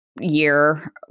year